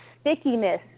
stickiness